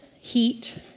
heat